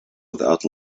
without